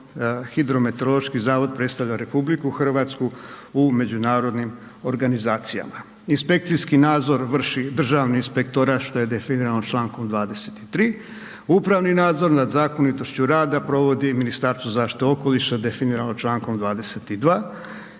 hidrometeorološki zavod predstavlja RH u međunarodnim organizacijama. Inspekcijski nadzor vrši Državni inspektorat, što je definirano člankom 23., upravni nadzor nad zakonitošću rada provodi Ministarstvo zaštite okoliša definirano člankom 22.